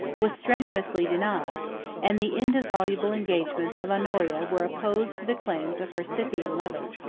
was strenuously denied and the indissoluble engagements of honoria were opposed to the claims of her scythian lover.